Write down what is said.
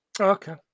Okay